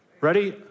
Ready